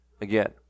Again